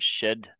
shed